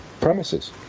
premises